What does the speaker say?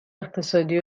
اقتصادی